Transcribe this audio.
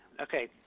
Okay